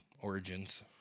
origins